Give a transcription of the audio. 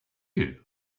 you